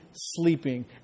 sleeping